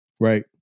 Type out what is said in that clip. right